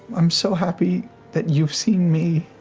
i'm so happy that you've seen me.